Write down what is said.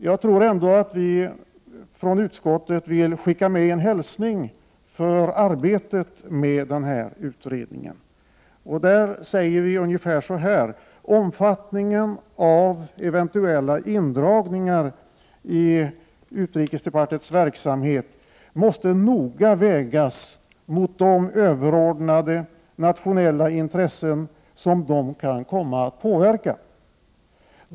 Vi vill ändå från utskottet skicka med en hälsning inför arbetet med denna utredning: Omfattningen av eventuella indragningar i utrikesdepartementets verksamhet måste noga vägas mot de överordnade nationella intressen som de kan komma att påverka.